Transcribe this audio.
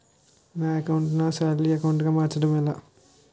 నా అకౌంట్ ను salary account గా మార్చటం ఎలా?